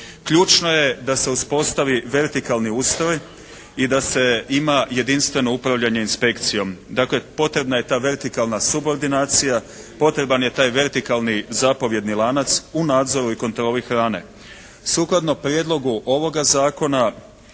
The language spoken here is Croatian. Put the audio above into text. Ključno je da se uspostavi vertikalni ustroj i da se ima jedinstveno upravljanje inspekcijom. Dakle, potrebna je ta vertikalna subordinacija, potreban je taj vertikalni zapovjedni lanac u nadzoru i kontroli hrane. Sukladno prijedlogu ovoga zakona